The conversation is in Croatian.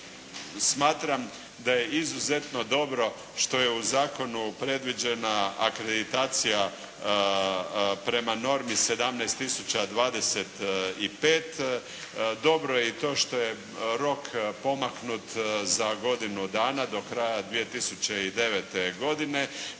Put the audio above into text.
smatram da je izuzetno dobro što je u zakonu predviđena akreditacija prema normi 17025. Dobro je i to što je rok pomaknut za godinu dana, do kraja 2009. godine.